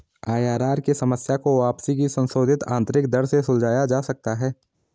IRR की समस्या को वापसी की संशोधित आंतरिक दर से सुलझाया जा सकता है